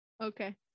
Okay